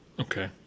Okay